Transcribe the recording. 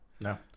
No